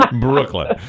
Brooklyn